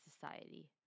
society